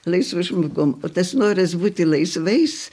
laisvu žmogum o tas noras būti laisvais